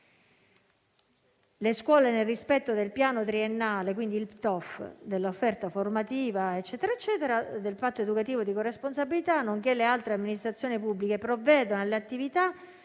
«Le scuole, nel rispetto del piano triennale» - quindi il PTOF - «dell'offerta formativa e del patto educativo di corresponsabilità, nonché le altre amministrazioni pubbliche provvedono alle attività